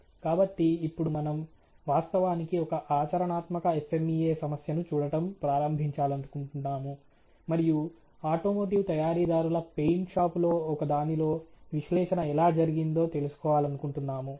కాబట్టి ఇప్పుడు మనం వాస్తవానికి ఒక ఆచరణాత్మక FMEA సమస్యను చూడటం ప్రారంభించాలనుకుంటున్నాము మరియు ఆటోమోటివ్ తయారీదారుల పెయింట్ షాపు లో ఒకదానిలో విశ్లేషణ ఎలా జరిగిందో తెలుసుకోవాలనుకుంటున్నాము